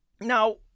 Now